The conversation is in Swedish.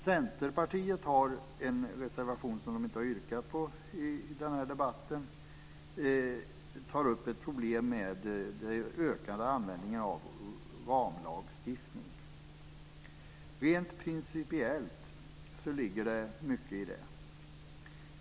Centerpartiet har en reservation, som man inte har yrkat bifall till i den här debatten, där man tar upp den ökade användningen av ramlagstiftning som ett problem. Rent principiellt ligger det mycket i det.